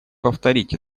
повторить